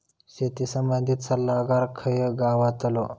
शेती संबंधित सल्लागार खय गावतलो?